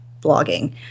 blogging